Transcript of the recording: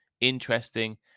interesting